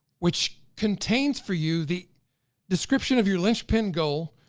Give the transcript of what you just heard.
which contains for you the description of your linchpin goal,